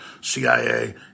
CIA